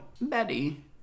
Betty